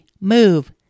move